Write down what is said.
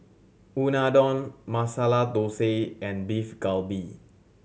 Unadon Masala Dosa and Beef Galbi